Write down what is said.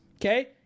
okay